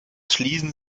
schließen